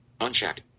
unchecked